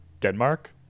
Denmark